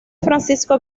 francisco